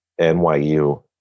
NYU